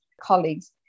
colleagues